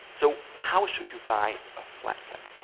so how should you buy a flat cap?